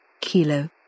Kilo